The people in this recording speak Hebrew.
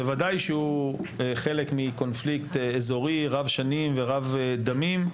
בוודאי שהוא חלק מקונפליקט אזורי רב-שנים ורב-דמים,